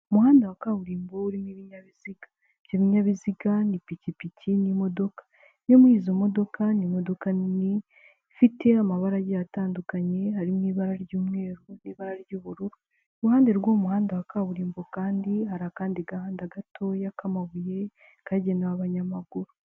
Umuhanda wa kaburimbo urimo ibinyabiziga, ibyo bininyabiziga ni ipikipiki n'imodoka, imwe muri izo modoka ni imodoka nini ifite amabara agiye atandukanye harimo ibara ry'umweru n'ibara ry'ubururu, iruhande rw'uwo muhanda wa kaburimbo kandi hari akandi gahanda gato k'amabuye kagenewe abanyamaguru.